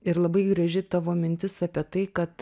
ir labai graži tavo mintis apie tai kad